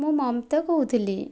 ମୁଁ ମମତା କହୁଥିଲି